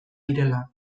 direla